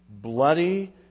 bloody